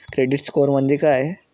Credit score म्हणजे काय?